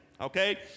okay